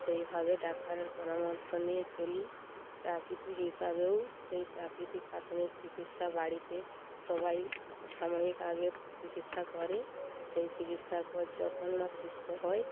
সেইভাবে ডাক্তারের পরামর্শ নিয়ে চলি প্রাকৃতিক হিসাবেও সেই প্রাকৃতিক প্রাথমিক চিকিৎসা বাড়িতে সবাই সাময়িক আগের চিকিৎসা করে সেই চিকিৎসার পর যখন না সুস্থ হই